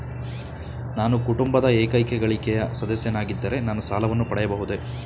ನಾನು ಕುಟುಂಬದ ಏಕೈಕ ಗಳಿಕೆಯ ಸದಸ್ಯನಾಗಿದ್ದರೆ ನಾನು ಸಾಲವನ್ನು ಪಡೆಯಬಹುದೇ?